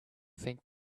think